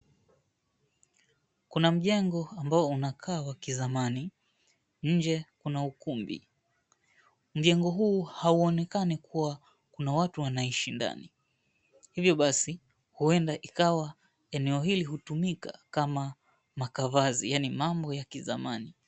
Kuna mjengo ambao unakaa wa kizamani, nje kuna ukumbi. Mjengo huu hauonekani kuwa kuna watu wanaishi ndani. Hivyo basi, huenda ikawa eneo hili hutumika kama makavazi, yaani mambo ya kizamani.